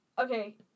Okay